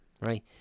Right